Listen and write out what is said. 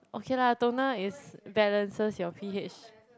okay lah toner is balances your p_h